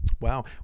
Wow